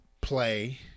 play